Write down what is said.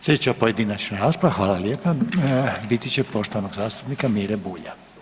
Sljedeća pojedinačna rasprava, biti će poštovanog zastupnika Mire Bulja.